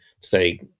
say